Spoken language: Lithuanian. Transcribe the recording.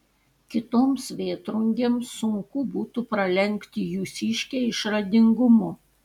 kitoms vėtrungėms sunku būtų pralenkti jūsiškę išradingumu